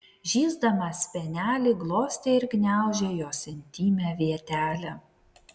žįsdamas spenelį glostė ir gniaužė jos intymią vietelę